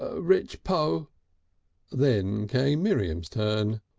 ah richpoo'. then came miriam's turn.